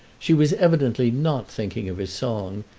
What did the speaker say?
she was evidently not thinking of his song,